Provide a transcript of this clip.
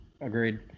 Agreed